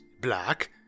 black